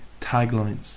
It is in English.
taglines